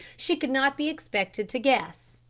she could not be expected to guess.